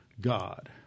God